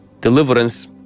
deliverance